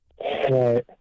Right